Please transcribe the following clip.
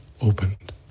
opened